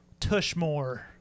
Tushmore